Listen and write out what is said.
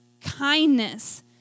kindness